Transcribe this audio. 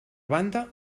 banda